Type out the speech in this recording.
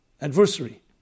Adversary